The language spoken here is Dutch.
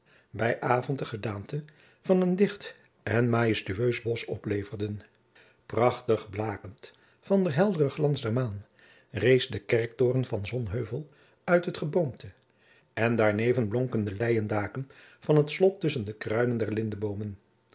bij avond de gedaante van een dicht en majestueus bosch opleverden prachtig blakend van den helderen glans der maan rees de kerktoren van sonheuvel uit het geboomte en daarneven blonken de leien daken van het slot tusschen de kruinen der lindeboomen